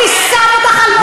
מי שם אותך על ביטחון המדינה?